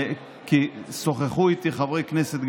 כי שוחחו איתי חברי כנסת,